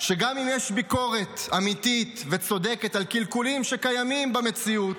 נדע שגם אם יש ביקורת אמיתית וצודקת על קלקולים שקיימים במציאות,